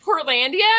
Portlandia